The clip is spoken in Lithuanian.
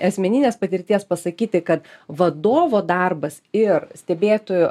asmeninės patirties pasakyti kad vadovo darbas ir stebėtojų